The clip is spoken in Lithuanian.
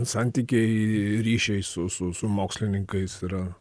santykiai ryšiai su su su mokslininkais yra